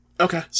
Okay